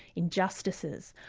injustices.